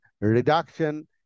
reduction